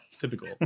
typical